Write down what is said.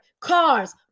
cars